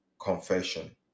confession